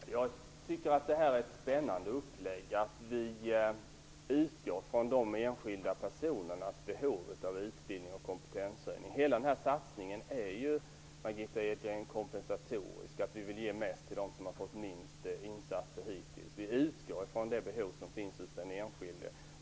Fru talman! Jag tycker att det är ett spännande upplägg, att vi utgår från de enskilda personernas behov av utbildning och kompetenshöjning. Hela denna satsning är ju, Margitta Edgren, kompensatorisk. Vi vill ge mest till dem som ha fått minst insatser hittills. Vi utgår från det behov som finns hos den enskilde.